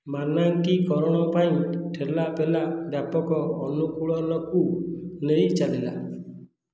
ମାନାଙ୍କୀକରଣ ପାଇଁ ଠେଲା ପେଲା ବ୍ୟାପକ ଅନୁକୂଳନକୁ ନେଇ ଚାଲିଲା